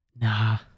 Nah